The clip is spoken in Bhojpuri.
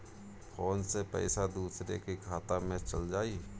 फ़ोन से पईसा दूसरे के खाता में चल जाई?